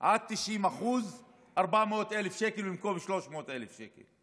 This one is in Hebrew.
עד ל-90% 400,000 שקל במקום 300,000 שקל.